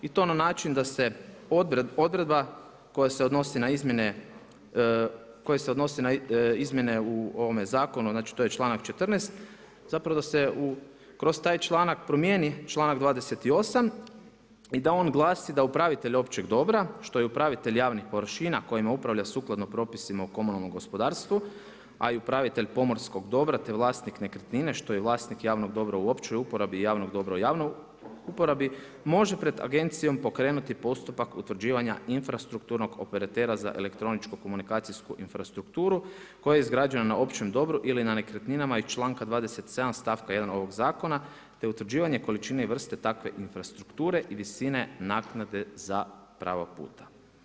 I to na način, da se odredba koja se odnosi na izmjene u zakonu, znači to je članak 14. da se kroz taj članak promjeni članak 28. i da on glasi da upravitelj općeg dobra, što je upravitelj javnih površina, kojima upravlja sukladno propisima u komunalnom gospodarstvu, a i upravitelj pomorskog dobra, te vlasnik nekretnine, što je vlasnik javnog dobra u općoj uporabi i javnog dobra u javnoj uporabi, može pred agencijom pokrenuti postupak utvrđivanja infrastrukturnog operatera za elektroničku komunikacijsku infrastrukturu, koja je izgrađena na općem dobru ili na nekretninama iz čl.27 stavka 1. ovog zakona, te utvrđivanje količine i vrste takve infrastrukture i visine naknade za pravog puta.